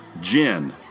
Gin